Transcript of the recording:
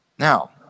Now